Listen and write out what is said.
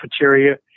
cafeteria